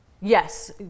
Yes